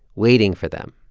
waiting for them,